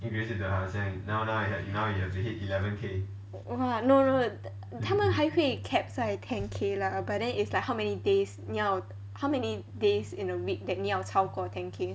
!wah! no no no 他们还会 cap 在 ten K lah but then it's like how many days 你要 how many days in a week that 你要超过 ten K